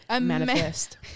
Manifest